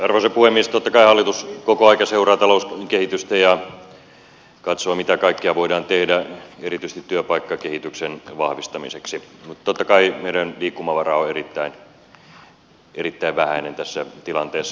totta kai hallitus koko ajan seuraa talouskehitystä ja katsoo mitä kaikkea voidaan tehdä erityisesti työpaikkakehityksen vahvistamiseksi mutta totta kai meidän liikkumavaramme on erittäin vähäinen tässä tilanteessa